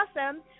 awesome